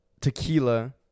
tequila